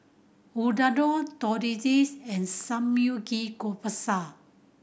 Unadon Tortillas and